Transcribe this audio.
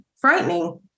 Frightening